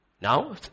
Now